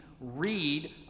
read